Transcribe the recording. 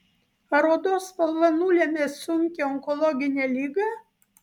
ar odos spalva nulemia sunkią onkologinę ligą